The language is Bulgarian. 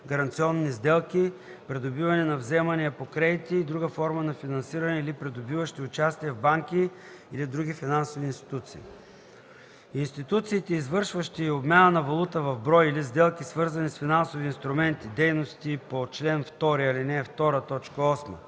гаранционни сделки, придобиване на вземания по кредити и друга форма на финансиране или придобиващи участия в банки или в други финансови институции. Институциите, извършващи обмяна на валута в брой или сделки, свързани с финансови инструменти (дейности по чл. 2,